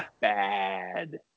bad